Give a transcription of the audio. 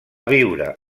viure